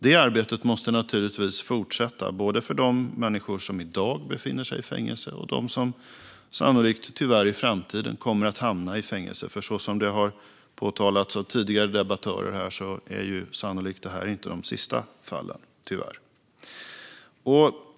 Det arbetet måste naturligtvis fortsätta, både för de människor som i dag befinner sig i fängelse och för dem som sannolikt tyvärr i framtiden kommer att hamna i fängelse, för så som det har påpekats av tidigare debattörer är detta tyvärr sannolikt inte de sista fallen.